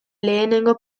lehenengo